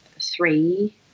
three